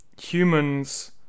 humans